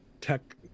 tech